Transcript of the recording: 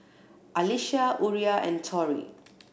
Alisha Uriah and Tory